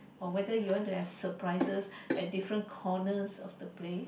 or whether you want to have surprises at different corners of the place